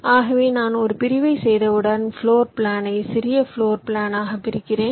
ஆகவே நான் ஒரு பிரிவைச் செய்தவுடன் பிளோர் பிளானை 2 சிறிய பிளோர் பிளான் ஆக பிரிக்கிறேன்